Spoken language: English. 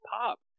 Pop